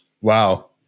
Wow